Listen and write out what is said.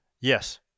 Yes